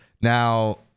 Now